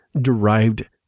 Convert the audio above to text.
derived